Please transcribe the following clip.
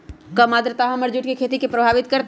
कम आद्रता हमर जुट के खेती के प्रभावित कारतै?